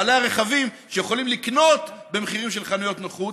בעלי הרכבים שיכולים לקנות במחירים של חנויות נוחות,